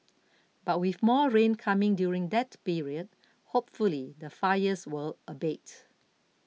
but with more rain coming during that period hopefully the fires will abate